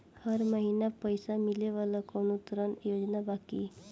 हर महीना पइसा मिले वाला कवनो ऋण योजना बा की?